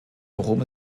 worum